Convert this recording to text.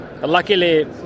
Luckily